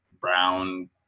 brown